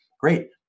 Great